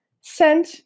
sent